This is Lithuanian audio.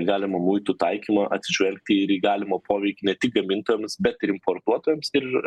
galimą muitų taikymą atsižvelgti ir į galimą poveikį ne tik gamintojams bet ir importuotojams ir